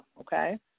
okay